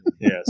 Yes